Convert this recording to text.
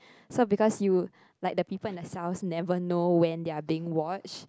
so because you like the people in the cells never know when they are being watched